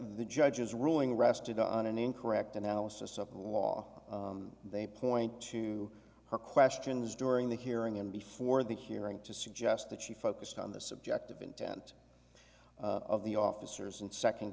the judge's ruling rested on an incorrect analysis of the law they point to her questions during the hearing and before the hearing to suggest that she focused on the subject of intent of the officers and second